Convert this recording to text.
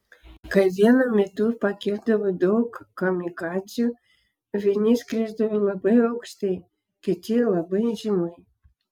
kai vienu metu pakildavo daug kamikadzių vieni skrisdavo labai aukštai kiti labai žemai